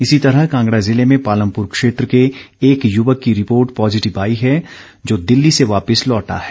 इसी तरह कांगड़ा जिले में पालमपुर क्षेत्र के एक युवक की रिपोर्ट पॉजिटिव आई हैं जो दिल्ली से वापिस लौटा है